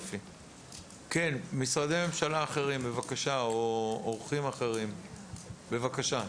כן, משרדי ממשלה אחרים או אורחים אחרים, בבקשה.